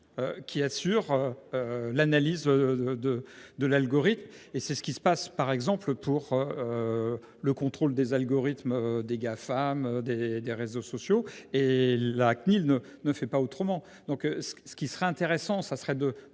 qui assure. L'analyse de de de l'algorithme et c'est ce qui se passe par exemple pour. Le contrôle des algorithmes des Gafam des des réseaux sociaux et la CNIL ne ne fait pas autrement. Donc ce que, ce qui serait intéressant, ça serait de,